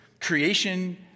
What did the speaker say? Creation